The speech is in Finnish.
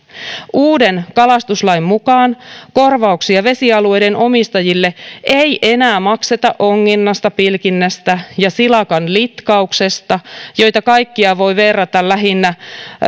uuden kalastuslain mukaan korvauksia vesialueiden omistajille ei enää makseta onginnasta pilkinnästä ja silakan litkauksesta joita kaikkia voi verrata lähinnä